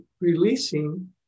releasing